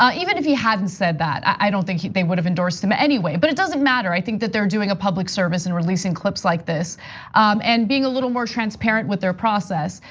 even if he hadn't said that, i don't think they would've endorsed him anyway. but it doesn't matter, i think that they're doing a public service in releasing clips like this and being a little more transparent with their process.